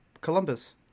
columbus